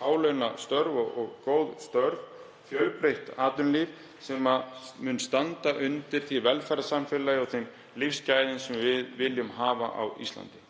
hálaunastörf og góð störf, fjölbreytt atvinnulíf sem mun standa undir því velferðarsamfélagi og þeim lífsgæðum sem við viljum hafa á Íslandi.